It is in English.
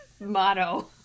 motto